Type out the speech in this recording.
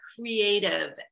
creative